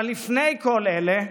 אבל לפני כל אלה,